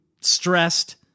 stressed